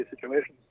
situations